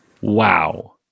Wow